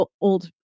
old